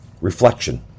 Reflection